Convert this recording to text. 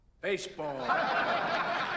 Baseball